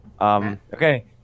Okay